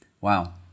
Wow